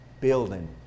building